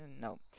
no